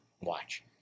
Watch